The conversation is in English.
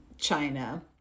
China